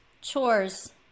Chores